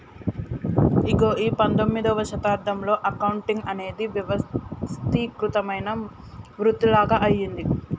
ఇగో ఈ పందొమ్మిదవ శతాబ్దంలో అకౌంటింగ్ అనేది వ్యవస్థీకృతమైన వృతిలాగ అయ్యింది